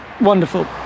wonderful